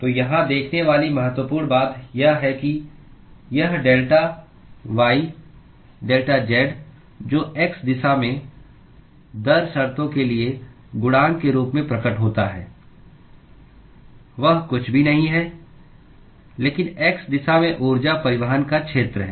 तो यहां देखने वाली महत्वपूर्ण बात यह है कि यह डेल्टा y डेल्टा z जो x दिशा में दर शर्तों के लिए गुणांक के रूप में प्रकट होता है वह कुछ भी नहीं है लेकिन x दिशा में ऊर्जा परिवहन का क्षेत्र है